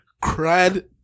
cried